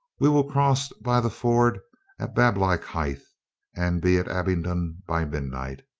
we will cross by the ford at bab lockhithe and be at abingdon by midnight